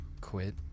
quit